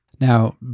Now